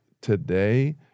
today